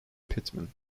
pittman